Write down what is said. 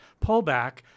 pullback